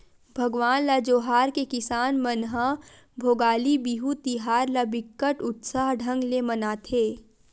भगवान ल जोहार के किसान मन ह भोगाली बिहू तिहार ल बिकट उत्साह ढंग ले मनाथे